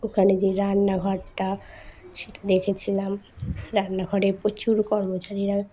ওখানে যে রান্নাঘরটা সেটা দেখেছিলাম রান্নাঘরে প্রচুর কর্মচারীরা